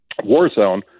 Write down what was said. Warzone